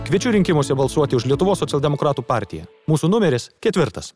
kviečiu rinkimuose balsuoti už lietuvos socialdemokratų partiją mūsų numeris ketvirtas